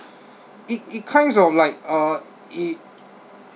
it it kinds of like uh it